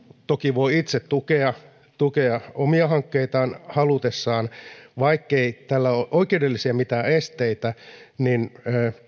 toki voi itse tukea tukea omia hankkeitaan halutessaan vaikkei tälle ole mitään oikeudellisia esteitä niin